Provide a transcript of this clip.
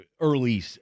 early